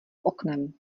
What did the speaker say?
oknem